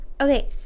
Okay